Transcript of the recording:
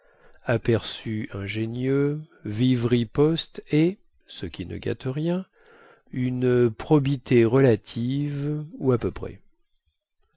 ingénieux vives ripostes et ce qui ne gâte rien une probité relative ou à peu près